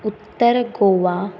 Uttar Goa